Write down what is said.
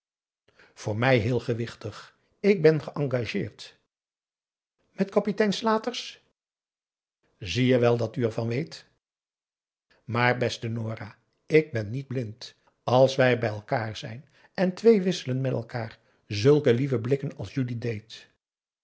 voor mij heel gewichtig ik ben geëngageerd met kapitein slaters zie je wel dat u ervan weet maar beste nora ik ben niet blind als wij bij elkaar zijn en twee wisselen met elkaar zulke lieve blikken als jullie